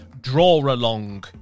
draw-along